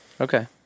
Okay